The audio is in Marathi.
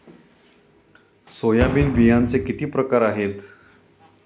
सोयाबीनच्या बियांचे किती प्रकार आहेत?